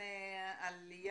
עלתה